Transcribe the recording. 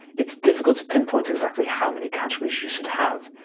it's difficult to pinpoint exactly how many categories you should have.